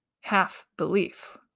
half-belief